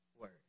word